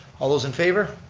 all those in favor,